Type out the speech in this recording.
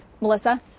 Melissa